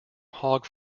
hog